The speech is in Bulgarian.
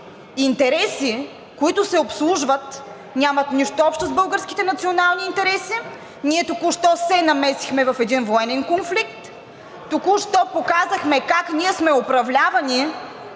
интереси, които се обслужват, нямат нищо общо с българските национални интереси. Ние току-що се намесихме в един военен конфликт, току-що показахме как ние сме управлявани